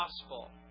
gospel